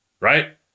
right